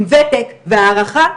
עם ותק והערכה,